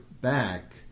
back